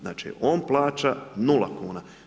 Znači on plaža nula kuna.